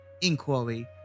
inquiry